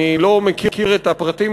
אני לא מכיר את הפרטים,